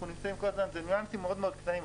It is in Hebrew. אלה ניואנסים מאוד מאוד קטנים.